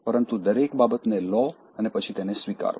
પરંતુ દરેક બાબતને લો અને પછી તેમને સ્વીકારો